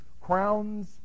crowns